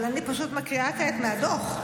אבל אני פשוט מקריאה כעת מהדוח.